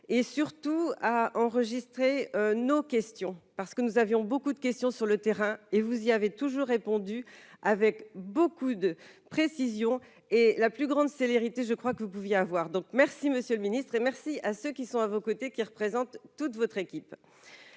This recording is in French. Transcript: et surtout à enregistrer nos questions parce que nous avions beaucoup de questions sur le terrain et vous y avez toujours répondu avec beaucoup de précision et la plus grande célérité, je crois que vous pouviez avoir donc, merci monsieur le ministre, et merci à ceux qui sont à vos côtés qui représente toute votre équipe